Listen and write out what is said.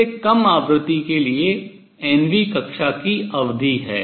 सबसे कम आवृत्ति के लिए n वी कक्षा की अवधि है